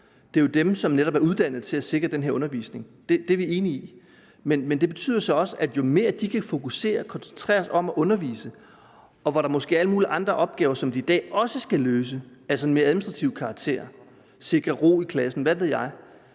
jo er dem, som netop er uddannet til at sikre den her undervisning. Det er vi enige om. Men det betyder så også, at jo mere de kan fokusere, koncentrere sig om at undervise, jo bedre. Jo mindre der er alle mulige andre opgaver af sådan mere administrativ karakter, som de i dag måske også